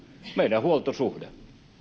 meidän huoltosuhde